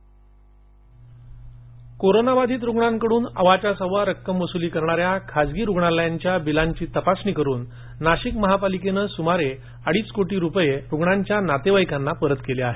Nashik PTC corona बाधीत रूग्णांकडून अव्वाच्या सव्वा रक्कम वसुली करणाऱ्या खासगी रूग्णालयांच्या बिलांची तपासणी करून नाशिक महापालिकेनं सुमारे अडीच कोटी रूपये रूग्णांच्या नातेवाईकांना परत केले आहेत